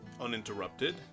uninterrupted